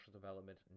development